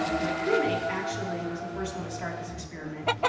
my crew mate actually was the first one to start this experiment.